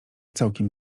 całkiem